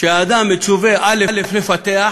שהאדם מצווה לפתח,